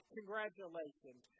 Congratulations